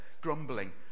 grumbling